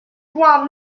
points